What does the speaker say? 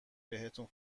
بهتون